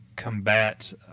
Combat